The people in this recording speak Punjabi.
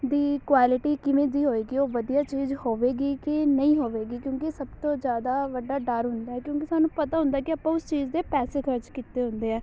ਦੀ ਕੁਆਲਿਟੀ ਕਿਵੇਂ ਦੀ ਹੋਵੇਗੀ ਉਹ ਵਧੀਆ ਚੀਜ਼ ਹੋਵੇਗੀ ਕਿ ਨਹੀਂ ਹੋਵੇਗੀ ਕਿਉਂਕੀ ਸਭ ਤੋਂ ਜ਼ਿਆਦਾ ਵੱਡਾ ਡਰ ਹੁੰਦਾ ਹੈ ਕਿਉਂਕਿ ਸਾਨੂੰ ਪਤਾ ਹੁੰਦਾ ਆ ਕਿ ਆਪਾਂ ਉਸ ਚੀਜ਼ ਦੇ ਪੈਸੇ ਖਰਚ ਕੀਤੇ ਹੁੰਦੇ ਹੈ